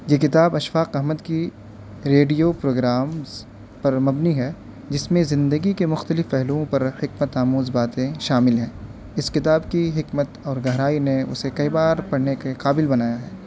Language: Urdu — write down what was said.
یہ کتاب اشفاق احمد کی ریڈیو پروگرامس پر مبنی ہے جس میں زندگی کے مختلف پہلوؤں پر حکمت آموز باتیں شامل ہیں اس کتاب کی حکمت اور گہرائی نے اسے کئی بار پڑھنے کے قابل بنایا ہے